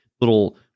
little